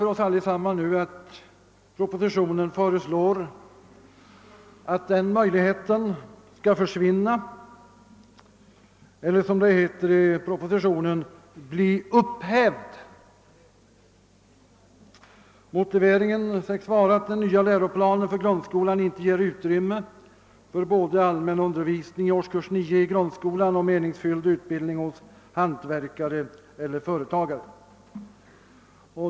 Propositionen föreslår att den möjligheten skall försvinna eller, som det heter, »bli upphävd». Motiveringen sägs vara att den nya läroplanen för grundskolan inte ger utrymme för både allmän undervisning i årskurs 9 i grundskolan och meningsfull utbildning hos hantverkare eller företagare.